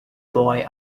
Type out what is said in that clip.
boy